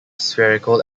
spherical